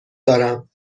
دارم